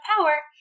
power